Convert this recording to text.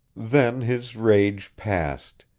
then his rage passed.